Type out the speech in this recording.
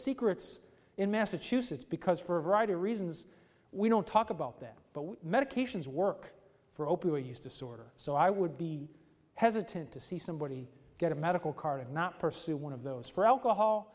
secrets in massachusetts because for a variety of reasons we don't talk about that but what medications work for opiate use disorder so i would be hesitant to see somebody get a medical card and not pursue one of those for alcohol